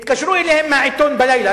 התקשרו אליהם מהעיתון בלילה.